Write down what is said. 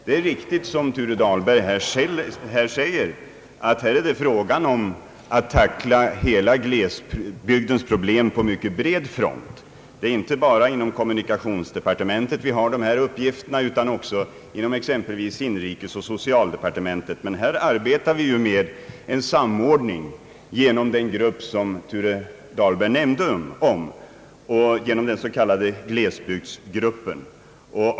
Det är riktigt, som herr Thure Dahl!- berg här säger, att det är fråga om att tackla hela glesbygdsproblemet på en mycket bred front. Inte bara kommunikationsdepartementet har denna uppgift, utan även exempelvis inrikesdepartementet och socialdepartementet. Vi arbetar med en samordning genom den grupp som herr Thure Dahlberg nämnde och genom den s.k. glesbygdsgruppen.